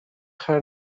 her